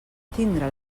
tindre